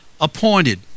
appointed